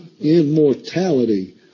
immortality